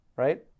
right